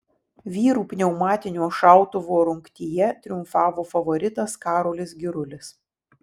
vyrų pneumatinio šautuvo rungtyje triumfavo favoritas karolis girulis